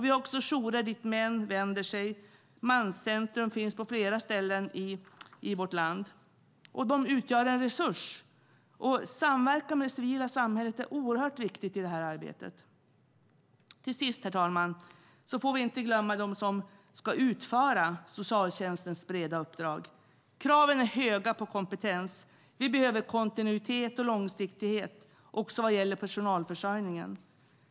Vi har också jourer dit män vänder sig. Manscentrum finns på flera ställen i vårt land. De utgör också en resurs. Samverkan med det civila samhället är oerhört viktigt i detta arbete. Till sist, herr talman, får vi inte glömma dem som ska utföra socialtjänstens breda uppdrag. Kraven på kompetens är höga. Vi behöver kontinuitet och långsiktighet också vad gäller personalförsörjningen.